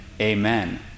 amen